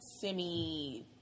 semi